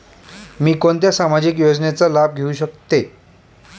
मी कोणत्या सामाजिक योजनेचा लाभ घेऊ शकते?